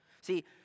See